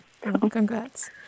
Congrats